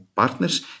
partners